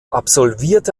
absolvierte